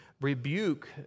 rebuke